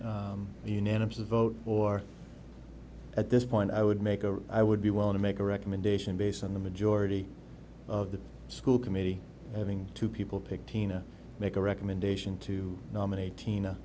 the unanimous vote or at this point i would make a i would be willing to make a recommendation based on the majority of the school committee having two people pick tina make a recommendation to nominate tina